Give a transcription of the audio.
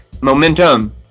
momentum